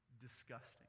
disgusting